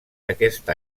aquest